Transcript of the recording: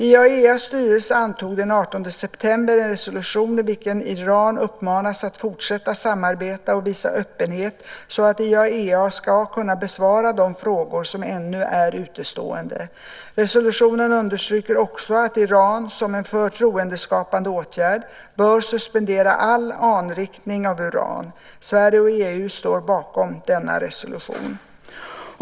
IAEA:s styrelse antog den 18 september en resolution i vilken Iran uppmanas att fortsätta samarbeta och visa öppenhet så att IAEA ska kunna besvara de frågor som ännu är utestående. Resolutionen understryker också att Iran - som en förtroendeskapande åtgärd - bör suspendera all anrikning av uran. Sverige och EU står bakom denna resolution.